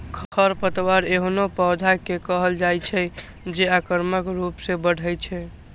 खरपतवार एहनो पौधा कें कहल जाइ छै, जे आक्रामक रूप सं बढ़ै छै